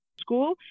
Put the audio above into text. school